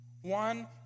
One